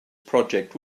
project